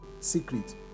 secret